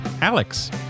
Alex